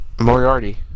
Moriarty